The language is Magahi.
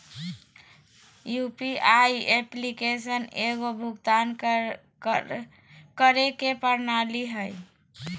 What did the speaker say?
यु.पी.आई एप्लीकेशन एगो भुक्तान करे के प्रणाली हइ